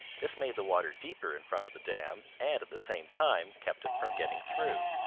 this made the water deeper in front of the dam and at the same time kept it from getting through.